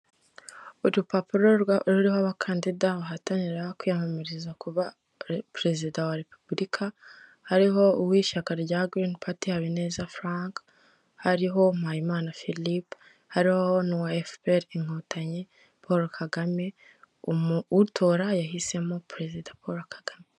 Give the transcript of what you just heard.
Urupapuro ruriho abakandida bahatanira kwiyamamariza kuba perezida wa repubulika hariho uw'ishyaka rya girini pati, Habineza Frank hariho Mpayimana Philippe, hari n'uwa efuperi inkotanyi Paul Kagame utora yahisemo perezida Paul Kagame.